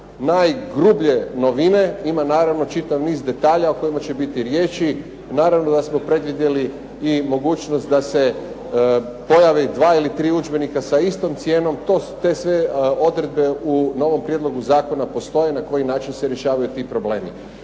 su najgrublje novine. Ima naravno čitav niz detalja o kojima će biti riječi. Naravno da smo predvidjeli i mogućnost da se pojave dva ili tri udžbenika sa istom cijenom. Te sve odredbe u novom prijedlogu zakona postoje na koji način se rješavaju ti problemi.